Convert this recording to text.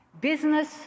Business